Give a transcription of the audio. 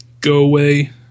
go-away